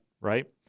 right